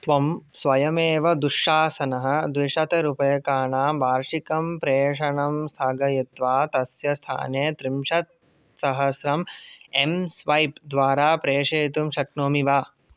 त्वं स्वयमेव दुःशासनाय द्विशतरूपयकाणां वार्षिकम् प्रेषणं स्थगयित्वा तस्य स्थाने त्रिंशत्सहस्रम् एम् स्वैप् द्वारा प्रेषयितुं शक्नोषि वा